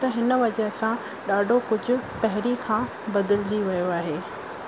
त हिन वजह सां ॾाढो कुझु पहिरीं खां बदिलजी वियो आहे